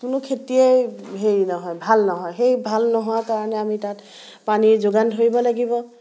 কোনো খেতিয়েই হেৰি নহয় ভাল নহয় সেই ভাল নোহোৱাৰ কাৰণে আমি তাত পানীৰ যোগান ধৰিব লাগিব